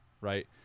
right